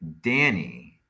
Danny